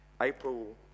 April